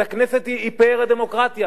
אז הכנסת היא פאר הדמוקרטיה.